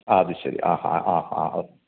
അത് ശരി ആ ആ ആ